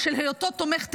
על היותו תומך טרור,